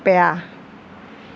পেৰা